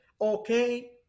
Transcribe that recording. okay